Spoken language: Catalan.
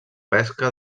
pesca